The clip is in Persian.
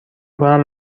کنم